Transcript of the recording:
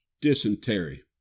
dysentery